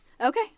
Okay